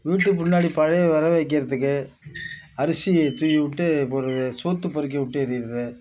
வீட்டு பின்னாடி பறவையை வர வெக்கிறதுக்கு அரிசியை தூவி விட்டு இப்போது ஒரு சோத்து பருக்கி விட்டு எறியுறது